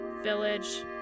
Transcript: village